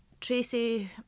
Tracy